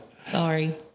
Sorry